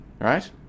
right